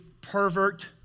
pervert